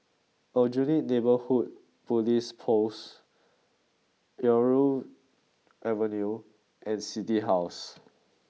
Aljunied Neighbourhood Police Post Irau Avenue and City House